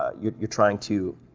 ah you're you're trying to